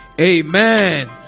Amen